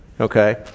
okay